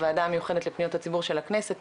הוועדה המיוחדת לפניות הציבור של הכנסת,